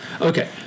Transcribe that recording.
Okay